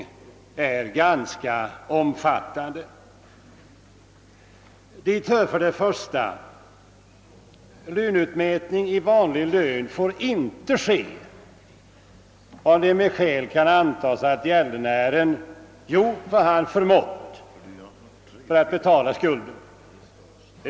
Dessa begränsningar är följande. För det första: Löneutmätning i vanlig lön får inte ske »om det med skäl kan antas att gäldenären gjort vad han förmått för att betala skulden.